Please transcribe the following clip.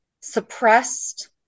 suppressed